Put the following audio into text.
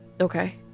Okay